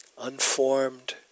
unformed